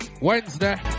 Wednesday